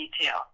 detail